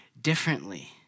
differently